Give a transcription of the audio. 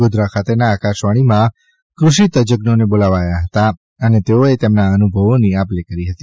ગોધરા ખાતેના આકાશવાણીમાં કૃષિ તજજ્ઞોને બોલાવાયા હતા અને તેઓએ તેમના અનુભવોની આપ લે કરી હતી